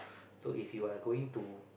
so if you're going to